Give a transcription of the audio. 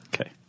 okay